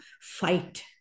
fight